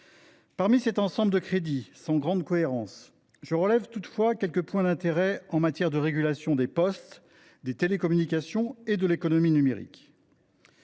Parmi cet ensemble de crédits sans grande cohérence, je relève toutefois quelques points d’intérêt en matière de régulation des postes, des télécommunications et de l’économie numérique.